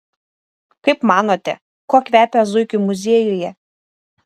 kaip manote kuo kvepia zuikių muziejuje